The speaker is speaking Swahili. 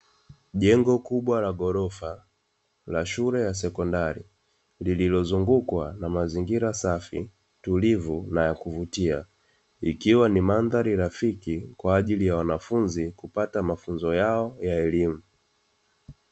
Jengo kubwa la ghorofa la shule ya sekondari lililozungukwa na mazingira safi, tulivu, na ya kuvutia, ikiwa ni mandhari rafiki kwa ajili ya wanafunzi kupata mafunzo yao ya elimu.